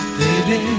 baby